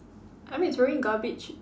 I mean it's throwing garbage